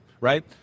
right